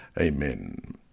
Amen